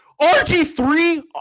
RG3